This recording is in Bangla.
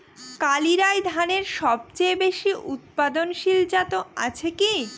কালিরাই ধানের সবচেয়ে বেশি উৎপাদনশীল জাত আছে কি?